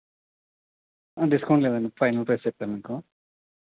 discount లేదండి final price చెప్పాను మీకు